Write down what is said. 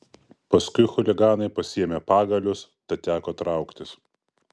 paskui chuliganai pasiėmė pagalius tad teko trauktis